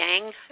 Yang